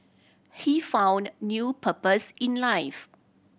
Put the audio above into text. he found new purpose in life